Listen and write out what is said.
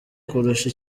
kurusha